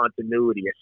continuity